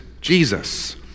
Jesus